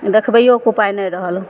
देखबैयोके पाइ नहि रहल